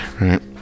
right